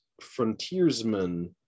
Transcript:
frontiersmen